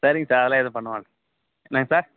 சரிங்க சார் அதெல்லாம் எதுவும் பண்ணமாட்டோம் என்னங்க சார்